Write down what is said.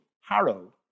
Harrow